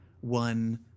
one